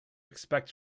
expect